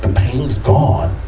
pain's gone.